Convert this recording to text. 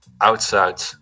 outside